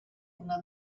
una